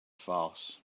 farce